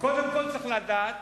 קודם כול צריך לדעת